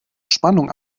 spannung